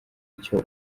icyo